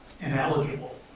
ineligible